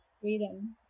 freedom